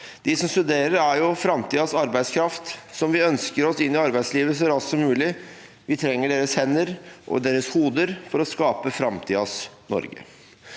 De som studerer, er jo framtidens arbeidskraft, som vi ønsker oss inn i arbeidslivet så raskt som mulig. Vi trenger deres hender og deres hoder for å skape framtidas Norge.